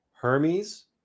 Hermes